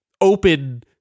open